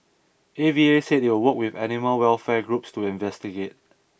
A V A said they would work with animal welfare groups to investigate